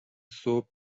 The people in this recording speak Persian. صبح